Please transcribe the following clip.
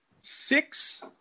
six